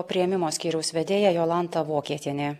priėmimo skyriaus vedėja jolanta vokietienė